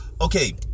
Okay